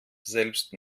selbst